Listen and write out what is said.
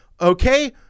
okay